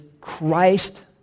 Christ